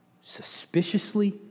Suspiciously